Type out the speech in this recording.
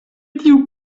tiu